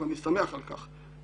ואני שמח על כך.